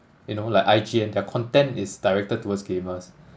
you know like I_G_N their content is directed towards gamers